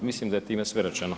Mislim da je time sve rečeno.